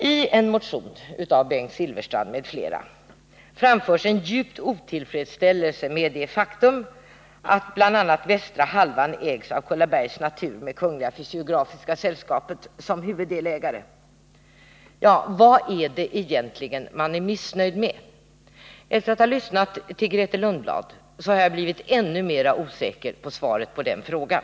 I en motion av Bengt Silfverstrand m.fl. framförs en djup otillfredsställelse med det faktum att bl.a. västra halvan ägs av Kullabergs Natur med Kungl. Fysiografiska sällskapet som huvuddelägare. Vad är det egentligen man är missnöjd med? Efter att ha lyssnat till Grethe Lundblad har jag blivit ännu mera osäker på svaret på den frågan.